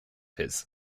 his